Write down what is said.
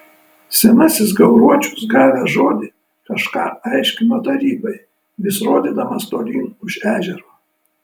senasis gauruočius gavęs žodį kažką aiškino tarybai vis rodydamas tolyn už ežero